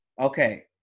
Okay